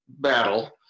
battle